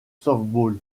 softball